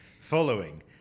following